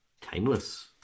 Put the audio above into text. timeless